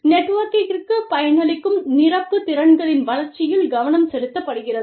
நெட்வொர்க்கிற்கு பயனளிக்கும் நிரப்பு திறன்களின் வளர்ச்சியில் கவனம் செலுத்தப்படுகிறது